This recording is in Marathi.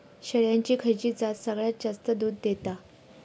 शेळ्यांची खयची जात सगळ्यात जास्त दूध देता?